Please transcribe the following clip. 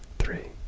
three,